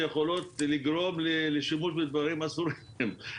שיכולות לגרום לשימוש בדברים אסורים.